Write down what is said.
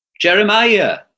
jeremiah